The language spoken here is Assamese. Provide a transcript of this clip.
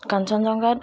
কাঞ্চনজংঘাত